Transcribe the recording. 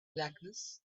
blackness